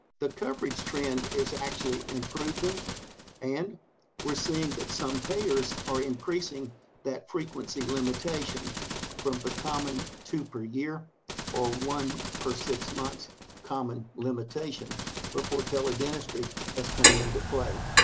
the coverage trend is actually improving and we're seeing that some payers are increasing that frequency limitation from the common two per year or one per six months common limitation before tele-dentistry has come into play.